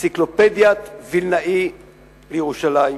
"אנציקלופדיית וילנאי לירושלים",